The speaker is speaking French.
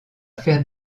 faire